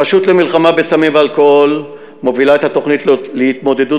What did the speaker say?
הרשות למלחמה בסמים ואלכוהול מובילה את התוכנית להתמודדות